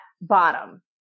bottom